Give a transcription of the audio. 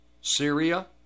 Syria